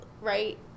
right